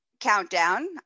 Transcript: countdown